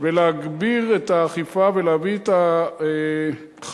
ולהגביר את האכיפה ולהביא את החשודים,